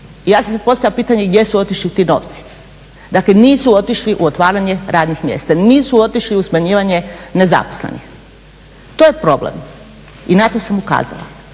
Ja sam postavila pitanje i gdje su otišli ti novci. Dakle nisu otišli u otvaranje radnih mjesta, nisu otišli u smanjivanje nezaposlenih. To je problem i na to sam ukazala.